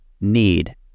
need